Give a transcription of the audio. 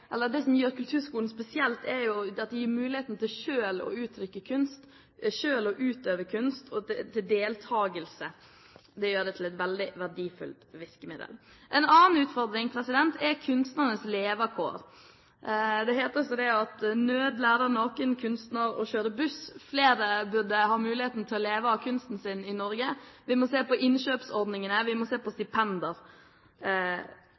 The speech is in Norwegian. Det som gjør kulturskolene spesielle, er at de gir elevene muligheten til selv å uttrykke kunst, til selv å utøve kunst og til deltakelse. Det gjør dem til et veldig verdifullt virkemiddel. En annen utfordring er kunstnernes levekår. Det heter seg at nød lærer naken kunstner å kjøre buss. Flere burde ha mulighet til å leve av kunsten sin i Norge. Vi må se på innkjøpsordningene. Vi må se på